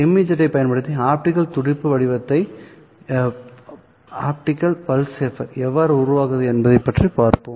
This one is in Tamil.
இந்த MZM ஐப் பயன்படுத்தி ஆப்டிகல் துடிப்பு வடிவத்தை எவ்வாறு உருவாக்குவது என்பதையும் பார்ப்போம்